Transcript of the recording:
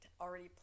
already